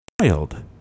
child